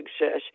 success